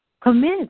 commit